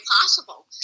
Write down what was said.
possible